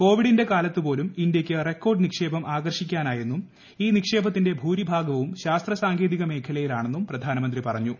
കോവിഡിന്റെ കാലത്തു പോലും ഇന്ത്യക്ക് റെക്കോർഡ് നിക്ഷേപം ആകർഷിക്കാനായെന്നും ഈ നിക്ഷേപത്തിന്റെ ഭൂരിഭാഗവും ശാസ്ത്ര സാങ്കേതിക മേഖലയിലാണെന്നും പ്രധാനമന്ത്രി പറഞ്ഞു